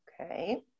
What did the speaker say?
Okay